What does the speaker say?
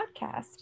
Podcast